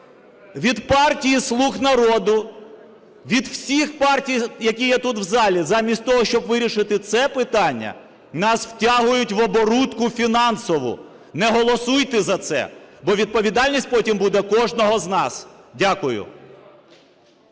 від партії "Слуга народу", від всіх партій, які є тут у залі. Замість того, щоб вирішити це питання, нас втягують в оборудку фінансову. Не голосуйте за це! Бо відповідальність потім буде кожного з нас. Дякую.